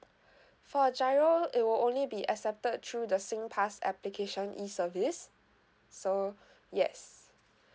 for giro it will only be accepted through the singpass application e service so yes